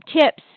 tips